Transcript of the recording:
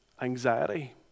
anxiety